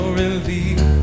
relief